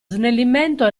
snellimento